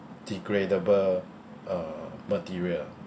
biodegradable uh material